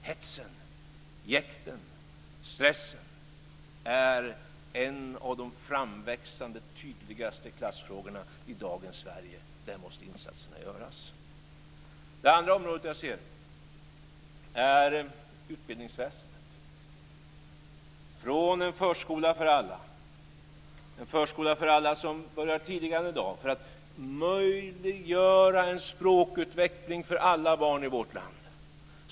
Hetsen, jäktet och stressen är en av de framväxande tydligaste klassfrågorna i dagens Sverige. Där måste insatserna göras. För det andra handlar det om utbildningsväsendet. Det gäller en förskola för alla, som jag tidigare i dag har berört, för att möjliggöra en språkutveckling för alla barn i vårt land.